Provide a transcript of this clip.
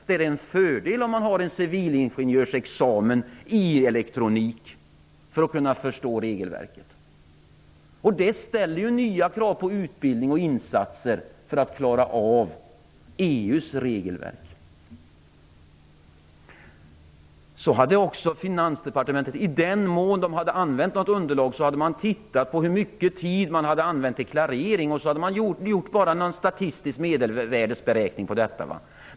Det är en fördel om man har en civilingenjörsexamen i elektronik när det gäller att förstå regelverket. Det ställs nya krav på utbildning och insatser för att man skall klara av EU:s regelverk. I den mån Finansdepartementet hade något underlag hade man tittat på hur mycket tid som hade använts till klarering. Sedan hade man bara gjort någon statistisk medelvärdesberäkning.